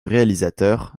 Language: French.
réalisateur